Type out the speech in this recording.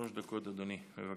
שלוש דקות לרשותך,